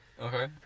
Okay